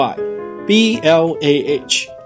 B-L-A-H